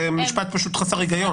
זה משפט פשוט חסר היגיון.